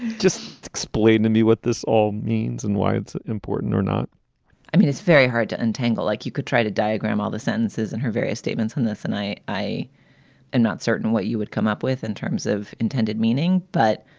just explained to me what this all means and why it's important or not i mean, it's very hard to untangle. like you could try to diagram all the sentences and her various statements on this. and i i am and not certain what you would come up with in terms of intended meaning. but.